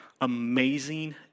Amazing